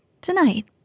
Tonight